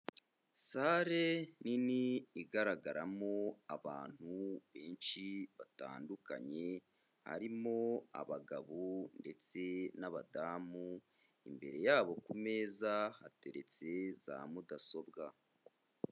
Sale nini igaragaramo abantu benshi batandukanye harimo abagabo ndetse n'abadamu, imbere ya bo ku meza hateretse za mudasobwa.